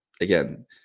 again